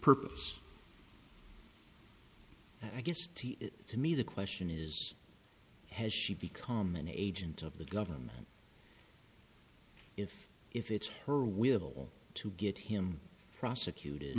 purpose i guess to me the question is has she become an agent of the government if if it's her will to get him prosecuted